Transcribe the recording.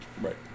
right